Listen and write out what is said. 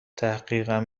تحقیقم